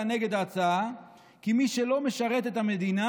נגד ההצעה: כי מי שלא משרת את המדינה,